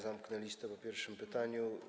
Zamknę listę po pierwszym pytaniu.